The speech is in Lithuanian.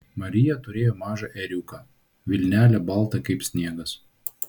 marija turėjo mažą ėriuką vilnelė balta kaip sniegas